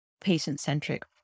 patient-centric